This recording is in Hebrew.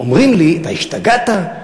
אומרים לי: אתה השתגעת?